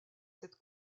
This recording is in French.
cette